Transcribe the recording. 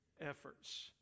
efforts